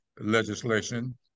legislation